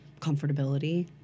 comfortability